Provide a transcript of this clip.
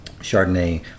Chardonnay